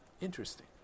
Interesting